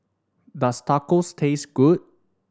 does Tacos taste good